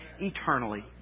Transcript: eternally